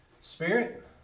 spirit